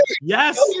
Yes